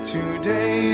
Today